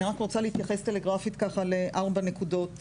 אני רק רוצה להתייחס טלגרפית לארבע נקודות